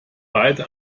beide